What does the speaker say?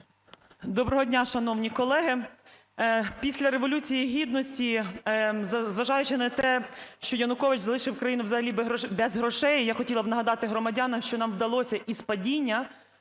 Доброго дня, шановні колеги. Після Революції Гідності, зважаючи на те, що Янукович залишив країну взагалі без грошей, і я хотіла б нагадати громадянам, що нам вдалося із падіння